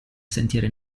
sentieri